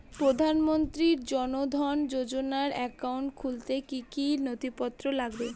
প্রধানমন্ত্রী জন ধন যোজনার একাউন্ট খুলতে কি কি নথিপত্র লাগবে?